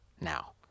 now